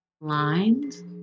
lines